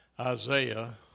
Isaiah